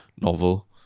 novel